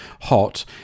hot